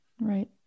Right